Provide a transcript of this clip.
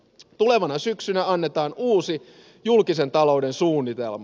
tulevana syksynä annetaan uusi julkisen talouden suunnitelma